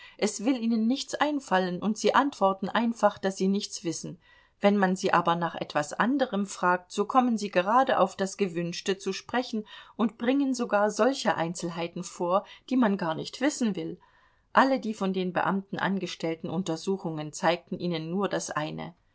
es will ihnen nichts einfallen und sie antworten einfach daß sie nichts wissen wenn man sie aber nach etwas anderem fragt so kommen sie gerade auf das gewünschte zu sprechen und bringen sogar solche einzelheiten vor die man gar nicht wissen will alle die von den beamten angestellten untersuchungen zeigten ihnen nur das eine